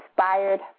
inspired